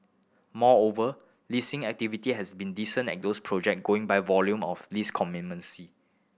moreover leasing activity has been decent at these project going by volume of lease commencements